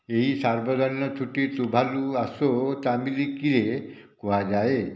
ଏହି ସାର୍ବଜନୀନ ଛୁଟି ତୁଭାଲୁ ଆସୋ ତାମାଲିକିଏ କୁହାଯାଏ